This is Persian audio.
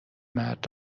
مرد